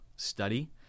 study